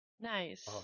Nice